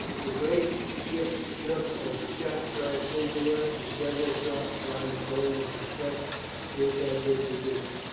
the great ship shook as the shot crashed into her, and several sharp cries told of the effect which had been produced.